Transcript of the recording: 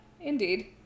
indeed